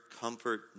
comfort